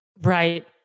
Right